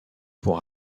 pour